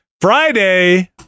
Friday